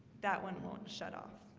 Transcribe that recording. that one won't shut off.